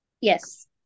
yes